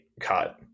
cut